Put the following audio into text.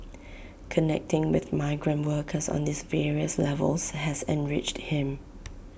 connecting with migrant workers on these various levels has enriched him